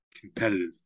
competitive